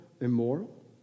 immoral